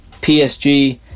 PSG